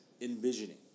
envisioning